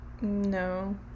No